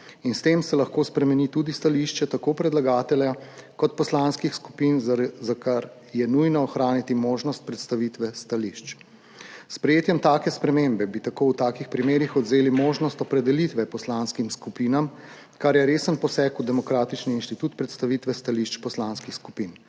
in s tem se lahko spremeni tudi stališče tako predlagatelja kot poslanskih skupin, zaradi česar je nujno ohraniti možnost predstavitve stališč. S sprejetjem take spremembe bi tako v takih primerih odvzeli možnost opredelitve poslanskim skupinam, kar je resen poseg v demokratični institut predstavitve stališč poslanskih skupin.